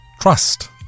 trust